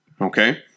Okay